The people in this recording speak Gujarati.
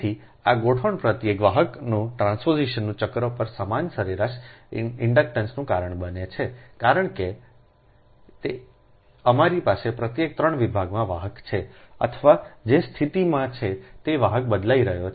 તેથી આ ગોઠવણ પ્રત્યેક વાહકને ટ્રાન્સપોઝિશન ચક્ર પર સમાન સરેરાશ ઇન્ડક્ટન્સનું કારણ બને છે કારણ કે અમારી પાસે પ્રત્યેક 3 વિભાગમાં વાહક છે અથવા જે સ્થિતિમાં છે તે વાહક બદલાઇ રહ્યો છે